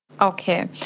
Okay